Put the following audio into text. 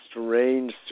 strange